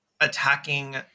attacking